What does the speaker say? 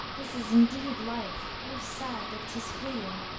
this is indeed life o sad that tis fleeting!